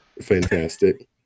fantastic